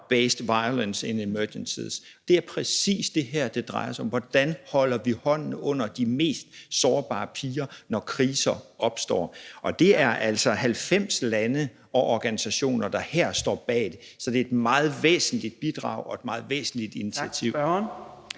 Violence in Emergencies. Det er præcis det her, det drejer sig om: Hvordan holder vi hånden under de mest sårbare piger, når kriser opstår? Og det er altså 90 lande og organisationer, der står bag det her, så det er et meget væsentligt bidrag og et meget væsentligt initiativ. Kl.